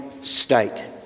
state